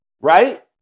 right